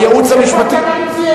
מאיפה אתה ממציא את זה?